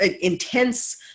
intense